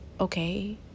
okay